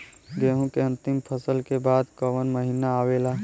गेहूँ के अंतिम फसल के बाद कवन महीना आवेला?